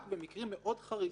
רק במקרים מאוד חריגים.